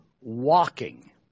Walking